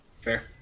Fair